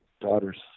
daughter's